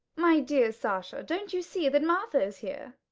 my dear sasha, don't you see that martha is here?